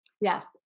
yes